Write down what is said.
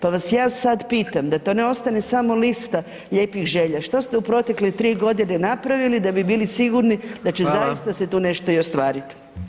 Pa vas ja sad pitam, da to ne ostane samo lista lijepih želja, što ste u protekle 3 godine napravili da bi bili sigurni da će zaista [[Upadica: Hvala.]] se tu nešto i ostvariti?